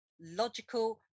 logical